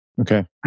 Okay